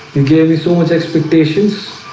and gave me so much expectations.